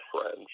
friends